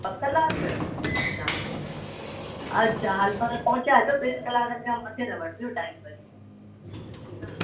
ॿ कलाक अछा अछा हलु पर पहुचाइजो ॿिनि कलाकनि खां मथे न वठिजो टाइम वरी ठीकु आहे